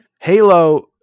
halo